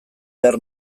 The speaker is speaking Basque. behar